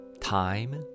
time